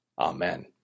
amen